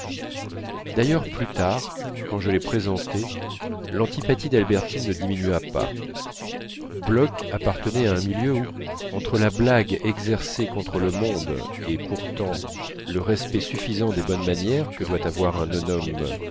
d'ailleurs plus tard quand je les présentai l'antipathie d'albertine ne diminua pas bloch appartenait à un milieu où entre la blague exercée contre le monde et pourtant le respect suffisant des bonnes manières que doit avoir un homme